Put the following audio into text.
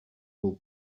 will